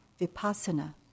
Vipassana